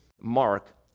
mark